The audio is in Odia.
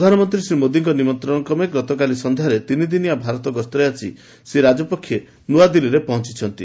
ପ୍ରଧାନମନ୍ତ୍ରୀ ଶ୍ରୀ ମୋଦିଙ୍କ ନିମନ୍ତ୍ରଣକ୍ରମେ ଗତକାଲି ସନ୍ଧ୍ୟାରେ ତିନିଦିନିଆ ଭାରତ ଗସ୍ତରେ ଆସି ଶ୍ରୀ ରାଜପକ୍ଷେ ନ୍ତଆଦିଲ୍ଲୀରେ ପହଞ୍ଚୁଛନ୍ତି